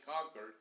conquered